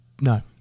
no